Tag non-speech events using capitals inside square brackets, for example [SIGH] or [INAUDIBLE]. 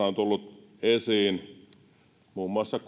[UNINTELLIGIBLE] on tullut esiin muun muassa [UNINTELLIGIBLE]